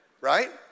right